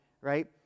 right